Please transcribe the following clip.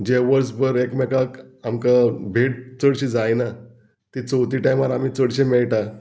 जे वर्सभर एकमेकांक आमकां भेट चडशी जायना ती चवथी टायमार आमी चडशे मेळटा